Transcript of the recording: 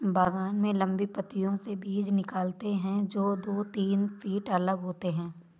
बागान में लंबी पंक्तियों से बीज निकालते है, जो दो तीन फीट अलग होते हैं